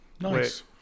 Nice